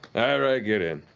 right, get in.